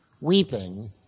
weeping